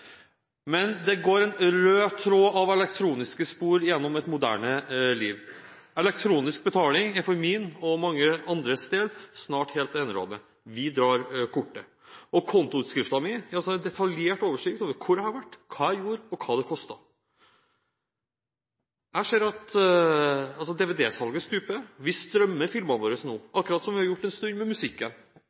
Men det går en rød tråd av elektroniske spor gjennom et moderne liv. Elektronisk betaling er for min og mange andres del snart helt enerådende. Vi drar kortet, og kontoutskriften min er en detaljert oversikt over hvor jeg har vært, hva jeg gjorde, og hva det kostet. Jeg ser at dvd-salget stuper. Vi strømmer filmene våre nå, akkurat som vi har gjort en stund med musikken.